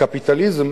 קפיטליזם